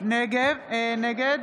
נגד